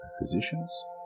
physicians